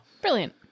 Brilliant